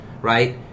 right